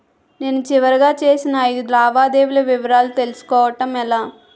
నేను చివరిగా చేసిన ఐదు లావాదేవీల వివరాలు తెలుసుకోవటం ఎలా?